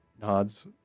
nods